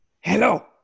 Hello